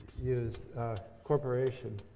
is corporation.